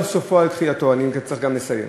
מדינה אחת לשני עמים, הייתם יוצאים מהקואליציה.